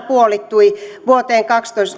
puolittui vuoteen